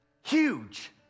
Huge